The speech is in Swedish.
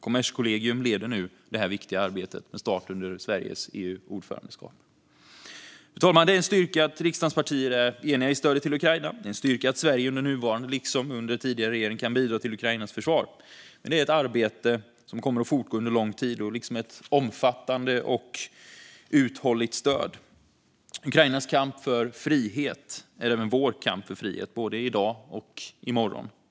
Kommerskollegium leder nu det viktiga arbetet med start under Sveriges EU-ordförandeskap. Fru talman! Det är en styrka att riksdagens partier är eniga i fråga om stödet till Ukraina. Och det är en styrka att Sverige under nuvarande liksom tidigare regering kan bidra till Ukrainas försvar. Det är ett arbete som kommer att fortgå under lång tid och som är ett omfattande, uthålligt stöd. Ukrainas kamp för frihet är även vår kamp för frihet både i dag och i morgon.